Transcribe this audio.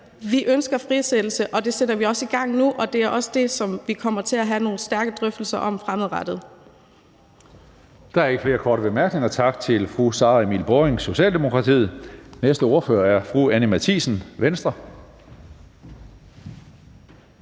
vi ønsker frisættelse, og det sætter vi også i gang nu, og det er også det, som vi kommer til at have nogle stærke drøftelser om fremadrettet. Kl. 16:43 Tredje næstformand (Karsten Hønge): Der er ikke flere korte bemærkninger. Tak til fru Sara Emil Baaring, Socialdemokratiet. Den næste ordfører er fru Anni Matthiesen, Venstre.